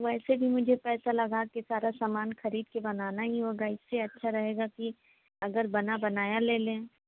वैसे भी मुझे पैसा लगाकर सारा समान खरीदकर बनाना ही होगा इससे अच्छा रहेगा कि अगर बना बनाया ले लें